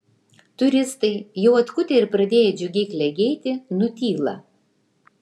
turistai jau atkutę ir pradėję džiugiai klegėti nutyla